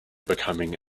becoming